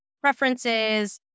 preferences